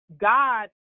God